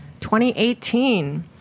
2018